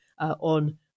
on